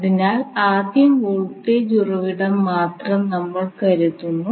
അതിനാൽ ആദ്യം വോൾട്ടേജ് ഉറവിടം മാത്രം നമ്മൾ കരുതുന്നു